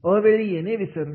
अवेळी येणे विसरणे